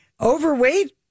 overweight